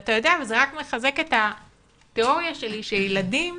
וזה רק מחזק את התיאוריה שלי שילדים